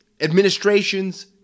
administrations